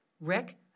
Rick